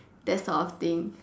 that sort of thing